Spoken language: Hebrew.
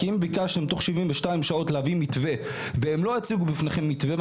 כי אם ביקשנו תוך 72 שעות להביא מתווה והם לא הציגו בפניכם מתווה,